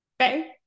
Okay